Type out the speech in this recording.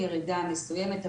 ירידה מסויימת,